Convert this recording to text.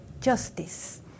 justice